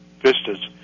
vistas